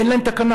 אין להם תקנה,